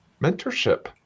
mentorship